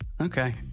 Okay